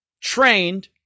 trained